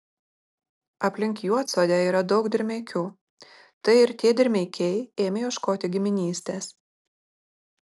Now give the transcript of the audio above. aplink juodsodę yra daug dirmeikių tai ir tie dirmeikiai ėmė ieškoti giminystės